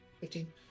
Fifteen